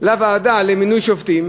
לוועדה למינוי שופטים